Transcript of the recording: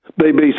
BBC